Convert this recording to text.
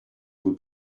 would